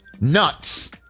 nuts